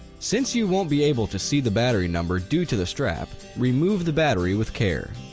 since you won't be able to see the battery number due to the strap, remove the battery with care.